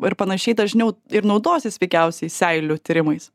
ir panašiai dažniau ir naudosis veikiausiai seilių tyrimais